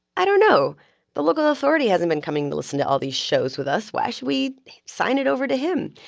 i don't know the local authority hasn't been coming to listen to all these shows with us why should we sign it over to him?